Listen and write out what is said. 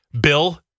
Bill